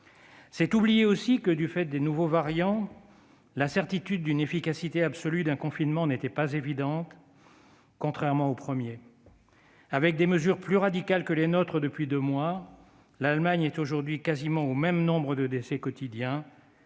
serait oublier encore que, en raison des nouveaux variants, la certitude d'une efficacité absolue d'un confinement n'était pas acquise, contrairement à l'année dernière. Avec des mesures plus radicales que les nôtres depuis deux mois, l'Allemagne est aujourd'hui quasiment au même nombre de décès quotidiens